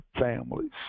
families